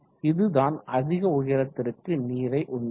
இதுதான் அதிக உயரத்திற்கு நீரை உந்தும்